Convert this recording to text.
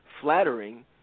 flattering